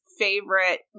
favorite